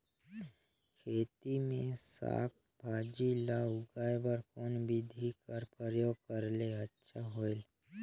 खेती मे साक भाजी ल उगाय बर कोन बिधी कर प्रयोग करले अच्छा होयल?